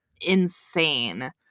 insane